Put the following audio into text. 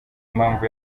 impamvu